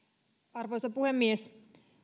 arvoisa puhemies